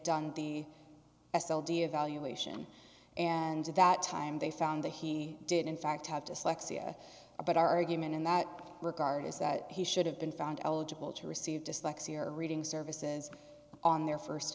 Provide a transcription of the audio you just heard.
done the s l d evaluation and at that time they found that he did in fact have dyslexia but our argument in that regard is that he should have been found eligible to receive dyslexia reading services on their